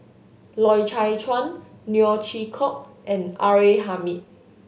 Loy Chye Chuan Neo Chwee Kok and R A Hamid